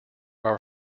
are